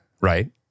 right